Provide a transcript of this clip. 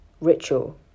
ritual